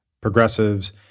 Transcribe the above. progressives